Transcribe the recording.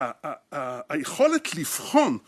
היכולת לבחון